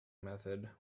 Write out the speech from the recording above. method